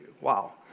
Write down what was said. Wow